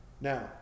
now